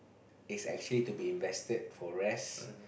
is actually to be invested for rest